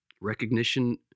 recognition